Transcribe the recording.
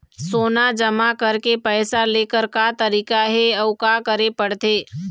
सोना जमा करके पैसा लेकर का तरीका हे अउ का करे पड़थे?